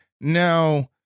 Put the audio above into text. Now